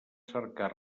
cercar